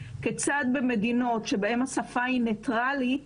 כיצד במדינות שבהן השפה היא ניטרלית